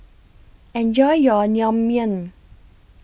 Enjoy your Naengmyeon